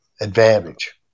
advantage